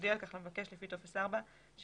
תודיע על כך למבקש לפיו טופס 4 שבתוספת